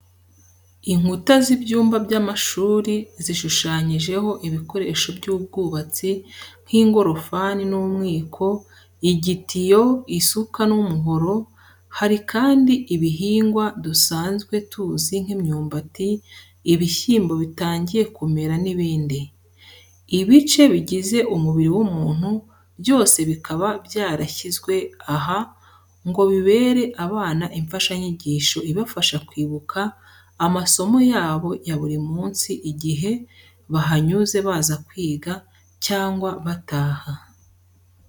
Inkuta z'ibyumba by'amashuri zishushanyijeho ibikoresho by'ubwubatsi nk'ingorofani n'umwiko, igitiyo, isuka n'umuhoro, hari kandi ibihingwa dusanzwe tuzi nk'imyumbati, ibishyimbo bitangiye kumera n'ibindi. Ibice bigize umubiri w'umuntu byose bikaba byarashyizwe aha ngo bibere abana imfashanyigisho ibafasha kwibuka amasomo yabo ya buri munsi igihe bahanyuze baza kwiga cyangwa bataha.